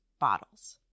bottles